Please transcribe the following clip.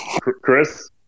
Chris